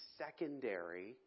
secondary